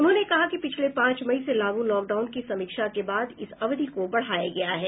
उन्होंने कहा कि पिछले पांच मई से लागू लॉकडाउन की समीक्षा के बाद इस अवधि को बढ़ाया गया है